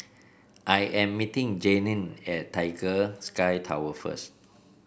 I am meeting Jayne at Tiger Sky Tower first